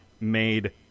made